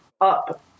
up